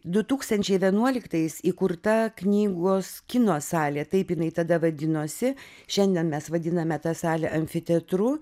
du tūkstančiai vienuoliktais įkurta knygos kino salė taip jinai tada vadinosi šiandien mes vadiname tą salę amfiteatru